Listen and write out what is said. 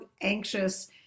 anxious